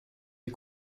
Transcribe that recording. les